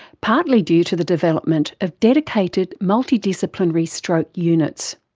partly due to the development of dedicated multidisciplinary stroke units.